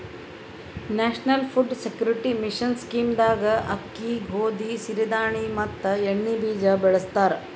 national food security mission scheme ದಾಗ ಅಕ್ಕಿ, ಗೋದಿ, ಸಿರಿ ಧಾಣಿ ಮತ್ ಎಣ್ಣಿ ಬೀಜ ಬೆಳಸ್ತರ